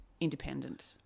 independent